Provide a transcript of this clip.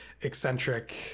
eccentric